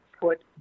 put